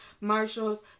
marshall's